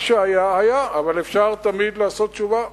מה שהיה היה, אבל אפשר תמיד לעשות תשובה.